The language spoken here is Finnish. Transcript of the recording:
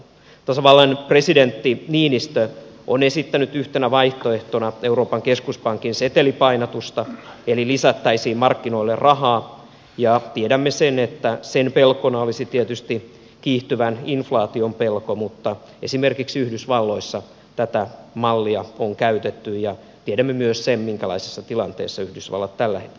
tasavallan presidentti niinistö on esittänyt yhtenä vaihtoehtona euroopan keskuspankin setelipainatusta eli lisättäisiin markkinoille rahaa ja tiedämme sen että sen pelkona olisi tietysti kiihtyvän inflaation pelko mutta esimerkiksi yhdysvalloissa tätä mallia on käytetty ja tiedämme myös sen minkälaisessa tilanteessa yhdysvallat tällä hetkellä on